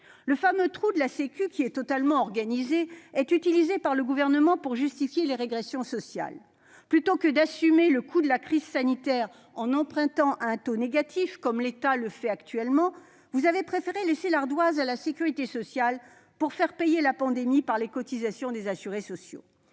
Le fameux « trou de la sécu », qui est totalement organisé, est utilisé par le Gouvernement pour justifier les régressions sociales. Plutôt que d'assumer le coût de la crise sanitaire en empruntant à un taux négatif, comme l'État le fait actuellement, vous avez préféré laisser l'ardoise à la sécurité sociale pour faire payer la pandémie par les cotisations des assurés sociaux.